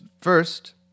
First